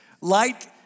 Light